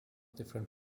different